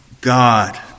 God